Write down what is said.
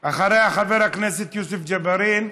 אחריה, חבר הכנסת יוסף ג'בארין,